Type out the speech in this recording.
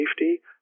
safety